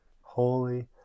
holy